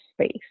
space